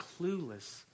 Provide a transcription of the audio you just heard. clueless